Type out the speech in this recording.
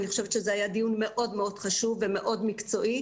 אני חושבת שזה היה דיון מאוד חשוב ומאוד מקצועי.